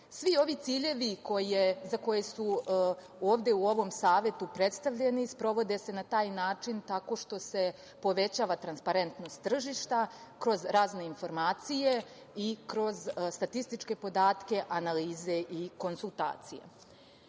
ovi ciljevi za koje su ovde u ovom Savetu predstavljeni, sprovode se na taj način tako što se povećava transparentnost tržišta, kroz razne informacije i kroz statističke podatke, analize i konsultacije.Tržišni